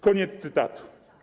Koniec cytatu.